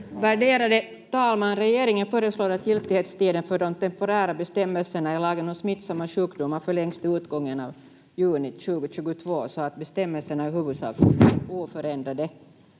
Värderade talman! Regeringen föreslår att giltighetstiden för de temporära bestämmelserna i lagen om smittsamma sjukdomar förlängs till utgången av juni 2022 så att bestämmelserna huvudsakligen är oförändrade.